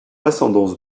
ascendance